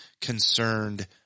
concerned